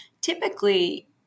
typically